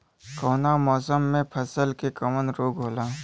कवना मौसम मे फसल के कवन रोग होला?